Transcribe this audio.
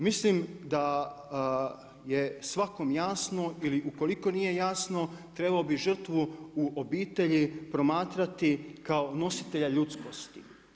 Mislim da je svakom jasno ili ukoliko nije jasno trebao bi žrtvu u obitelji promatrati kao nositelja ljudskosti.